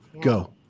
go